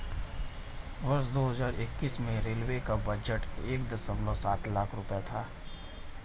वर्ष दो हज़ार इक्कीस में रेलवे का बजट एक दशमलव सात लाख रूपये था